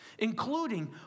Including